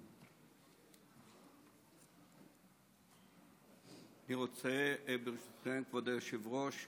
כבוד היושב-ראש,